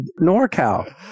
NorCal